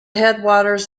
headwaters